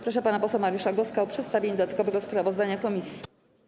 Proszę pana posła Mariusza Goska o przedstawienie dodatkowego sprawozdania komisji.